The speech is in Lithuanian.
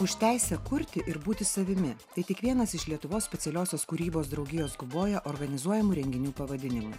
už teisę kurti ir būti savimi tai tik vienas iš lietuvos specialiosios kūrybos draugijos guboja organizuojamų renginių pavadinimų